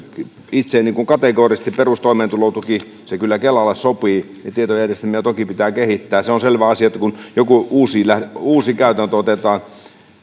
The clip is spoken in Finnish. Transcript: kategorisesti perustoimeentulotuki kyllä kelalle sopii tietojärjestelmiä toki pitää kehittää kun joku uusi uusi käytäntö otetaan